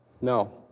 no